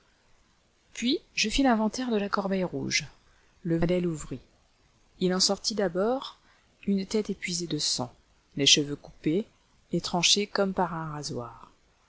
puis je fis l'inventaire de la corbeille rouge le valet l'ouvrit il en sortit d'abord une tête épuisée de sang les cheveux coupés et tranchés comme par un rasoir